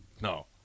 No